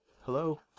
Hello